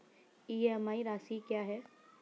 EMI राशि क्या है?